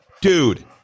dude